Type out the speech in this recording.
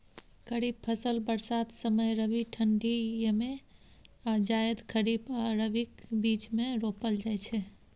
खरीफ फसल बरसात समय, रबी ठंढी यमे आ जाएद खरीफ आ रबीक बीचमे रोपल जाइ छै